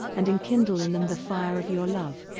and enkindle in them the fire of your love.